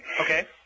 Okay